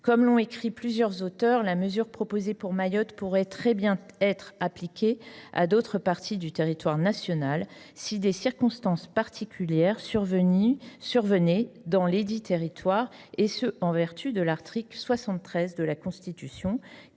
Comme l’ont écrit plusieurs auteurs, la mesure proposée pour Mayotte pourrait très bien s’appliquer à d’autres parties du territoire national si des circonstances particulières le justifiaient, et ce en vertu de l’article 73 de la Constitution.